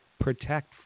protect